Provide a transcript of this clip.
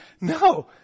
No